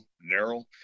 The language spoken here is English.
narrow